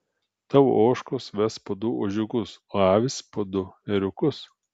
tavo ožkos ves po du ožiukus o avys po du ėriukus